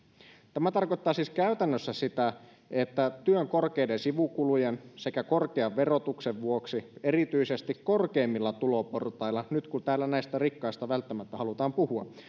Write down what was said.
tämä tarkoittaa siis käytännössä sitä että työn korkeiden sivukulujen sekä korkean verotuksen vuoksi erityisesti korkeimmilla tuloportailla nyt kun täällä rikkaista välttämättä halutaan puhua